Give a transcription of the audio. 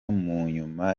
munyuma